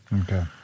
Okay